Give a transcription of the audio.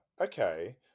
Okay